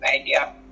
idea